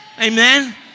Amen